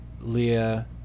Leah